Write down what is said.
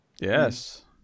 yes